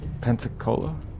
Pensacola